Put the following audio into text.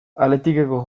athleticeko